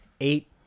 eight